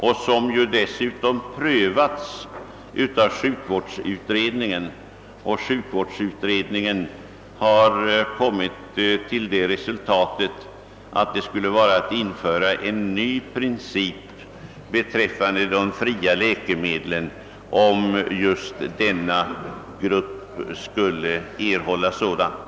Dessutom har frågan prövats av sjukförsäkringsutredningen, som har kommit till det resultatet att det skulle vara att införa en ny princip beträffande de fria läkemedlen om just denna grupp skulle erhålla sådana.